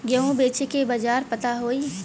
गेहूँ बेचे के बाजार पता होई?